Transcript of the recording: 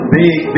big